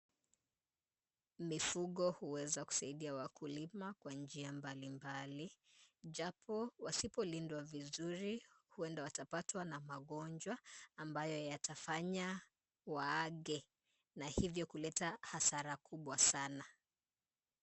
Mifugo huweza kusaidia wakulima kwa njia mbalimbali, japo wasipolindwa vizuri huenda watapatwa na magonjwa, ambayo yatafanya waage, na hivyo kuleta hasara kubwa sana.